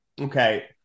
okay